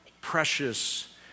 precious